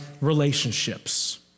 relationships